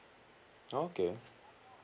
okay